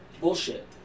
Bullshit